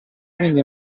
quindi